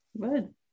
Good